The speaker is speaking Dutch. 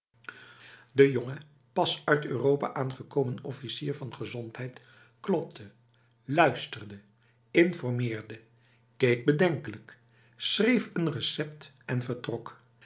de jonge pas uit europa aangekomen officier van gezondheid klopte luisterde informeerde keek bedenkelijk schreef een recept en vertrok